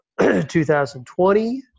2020